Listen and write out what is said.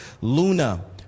luna